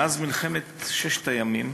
מאז מלחמת ששת הימים,